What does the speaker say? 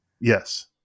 Yes